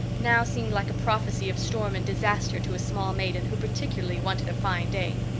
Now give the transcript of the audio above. now seemed like a prophecy of storm and disaster to a small maiden who particularly wanted a fine day.